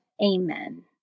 Amen